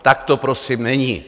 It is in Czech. Tak to prosím není.